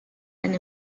and